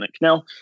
Now